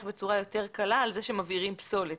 בצורה יותר קלה על זה שמבעירים פסולת,